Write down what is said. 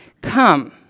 Come